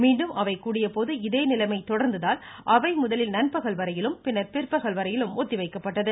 மீண்டும் அவை கூடியபோது இதேநிலைமை தொடர்ந்ததால் அவை முதலில் நண்பகல் வரையிலும் பின்னர் பிற்பகல் வரையிலும் ஒத்திவைக்கப்பட்டது